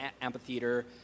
amphitheater